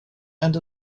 and